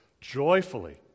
joyfully